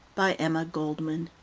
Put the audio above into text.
by emma goldman